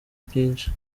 byinshi